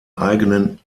eigenen